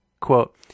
Quote